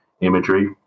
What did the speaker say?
imagery